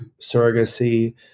surrogacy